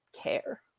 care